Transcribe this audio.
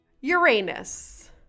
Uranus